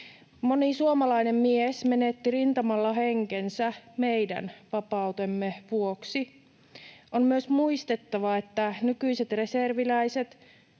Moni suomalainen mies menetti rintamalla henkensä meidän vapautemme vuoksi. On myös muistettava, että nykyiset reserviläiset,